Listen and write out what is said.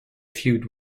feud